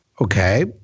Okay